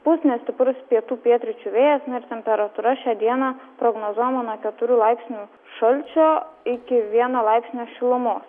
pūs nestiprus pietų pietryčių vėjas na ir temperatūra šią dieną prognozuojama nuo keturių laipsnių šalčio iki vieno laipsnio šilumos